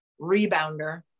rebounder